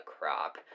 crop